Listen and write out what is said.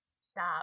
Stop